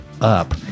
up